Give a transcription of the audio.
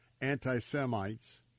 anti-semites